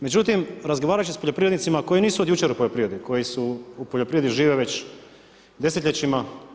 Međutim, razgovarajući sa poljoprivrednicima koji nisu od jučer u poljoprivredi, koji u poljoprivredi žive već desetljećima.